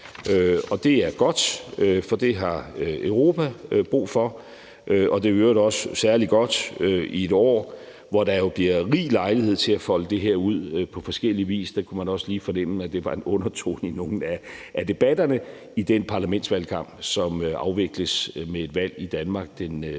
Det er godt, for det har Europa brug for, og det er i øvrigt også særlig godt i et år, hvor der jo bliver rig lejlighed til at folde det her ud på forskellig vis. Man kunne også lige fornemme, at det er en undertone i nogle af debatterne i den parlamentsvalgkamp, som afvikles med et valg i Danmark den 9.